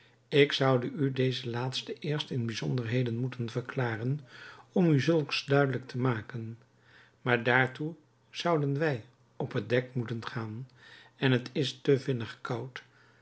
ik zoude u deze laatste eerst in bijzonderheden moeten verklaren om u zulks duidelijk te maken maar daartoe zouden wij op het dek moeten gaan en het is te vinnig koud